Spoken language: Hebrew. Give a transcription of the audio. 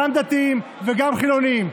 גם עם דתיים וגם עם חילונים,